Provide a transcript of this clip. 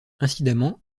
incidemment